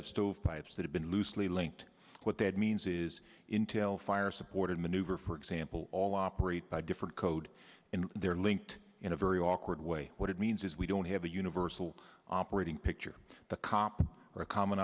of stove pipes that have been loosely linked what that means is intel fire supported maneuver for example all operate by different code in their linked in a very awkward way what it means is we don't have a universal operating picture the cop or a common